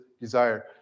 desire